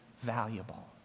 valuable